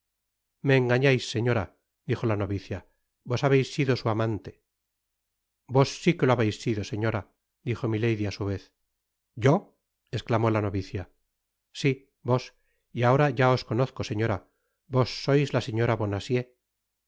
me engañais señora dijo la novicia vos habeis sido su amante vos si que lo habeis sido señora dijo milady á su vez yo esclamó la novicia si vos y ahora ya os conozco señora vos sois la señora